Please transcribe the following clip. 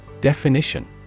Definition